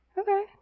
Okay